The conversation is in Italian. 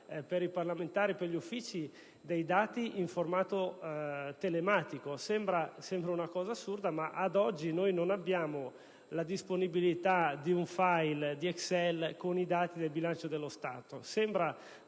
per i parlamentari e per gli uffici dei dati in formato telematico. Sembra una cosa assurda, ma ad oggi non abbiamo la disponibilità di un *file* di Excel con i dati del bilancio dello Stato; sembra